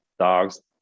dogs